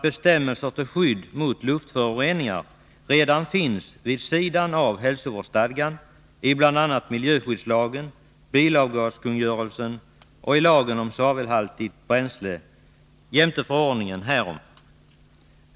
Bestämmelser till skydd mot luftföroreningar finns redan vid sidan av hälsovårdsstadgan i bl.a. miljöskyddslagen, bilavgaskungörelsen och i lagen om svavelhaltigt bränsle jämte förordningen härom.